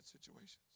situations